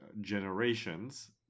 generations